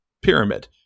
pyramid